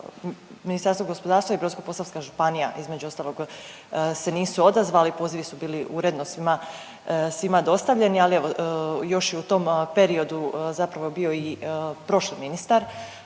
Ministarstvo gospodarstva i Brodsko-posavska županija između ostalog se nisu odazvali, pozivi su bili uredno svima, svima dostavljeni, ali evo još je u tom periodu zapravo bio i prošli ministar,